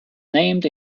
named